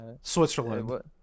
Switzerland